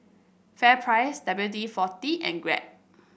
FairPrice W D forty and Grab